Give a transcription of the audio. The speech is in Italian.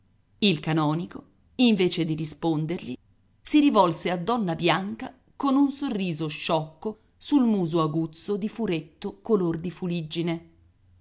il canonico invece di rispondergli si rivolse a donna bianca con un sorriso sciocco sul muso aguzzo di furetto color di filiggine